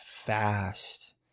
fast